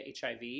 HIV